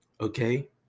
Okay